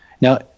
Now